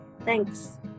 thanks